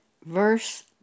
Verse